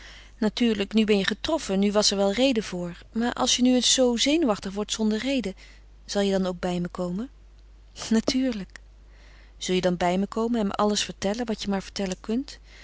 natuurlijk nu ben je getroffen nu was er wel reden voor maar als je nu eens zoo zenuwachtig wordt zonder reden zal je dan ook bij me komen natuurlijk zal je dan bij me komen en me alles vertellen wat je maar vertellen kunt